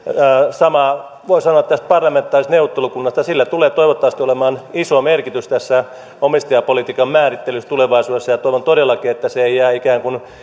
samaa voi sanoa tästä parlamentaarisesta neuvottelukunnasta sillä tulee toivottavasti olemaan iso merkitys tässä omistajapolitiikan määrittelyssä tulevaisuudessa ja toivon todellakin että se ei jää ikään kuin